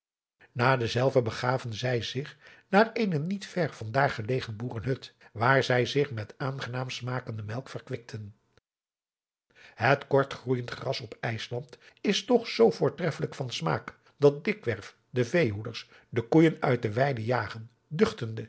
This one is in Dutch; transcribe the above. na denzelven begaven zij zich naar eene niet ver van daar gelegen boeren hut waar zij zich met aangenaam smakende melk verkwikten het kort groeijend gras op ijsland is toch zoo voortreffelijk van smaak dat dikwerf de veehoeders de koeijen uit de weiden jagen duchtende